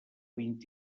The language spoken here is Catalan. vint